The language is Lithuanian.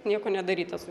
nieko nedarytos